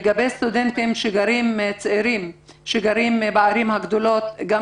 לגבי סטודנטים צעירים שגרים בערים הגדולות גם